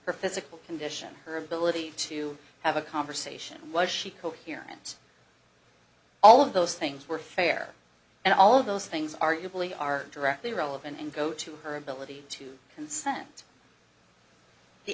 her physical condition her ability to have a conversation and was she coherent all of those things were fair and all of those things arguably are directly relevant and go to her ability to consent t